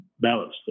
balance